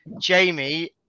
Jamie